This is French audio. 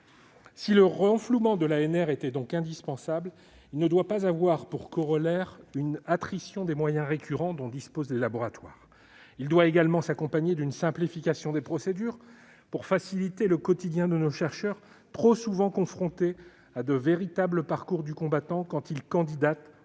Si le renflouement de l'ANR était donc indispensable, il ne doit pas avoir pour corollaire une attrition des moyens récurrents dont disposent les laboratoires. Il doit également s'accompagner d'une simplification des procédures, afin de faciliter le quotidien de nos chercheurs, qui sont trop souvent confrontés à de véritables parcours du combattant quand ils candidatent